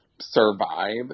survive